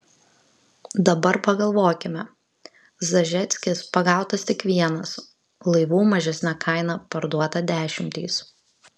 dabar pagalvokime zažeckis pagautas tik vienas laivų mažesne kaina parduota dešimtys